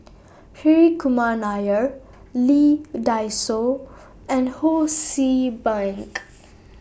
Hri Kumar Nair Lee Dai Soh and Ho See Beng